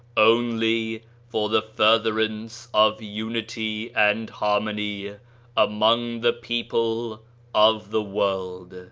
only for the furtherance of unity and harmony among the people of the world.